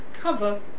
cover